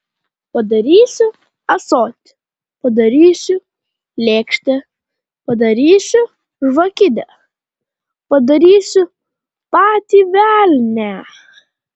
padarysiu ąsotį padarysiu lėkštę padarysiu žvakidę padarysiu patį velnią